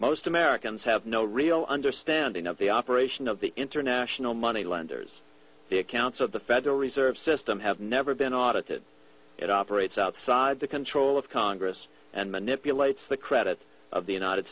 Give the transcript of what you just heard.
most americans have no real understanding of the operation of the international money lenders the accounts of the federal reserve system have never been audited it operates outside the control of congress and manipulates the credit of the united